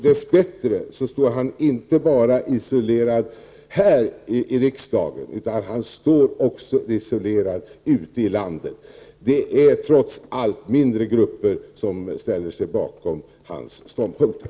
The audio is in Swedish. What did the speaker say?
Dess bättre står han inte bara isolerad här i riksdagen utan han står också isolerad ute i landet. Det är trots allt mindre grupper som ställer sig bakom hans ståndpunkter.